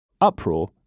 Uproar